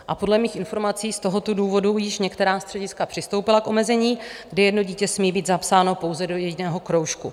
A podle mých informací z tohoto důvodu již některá střediska přistoupila k omezení, kdy jedno dítě smí být zapsáno pouze do jediného kroužku.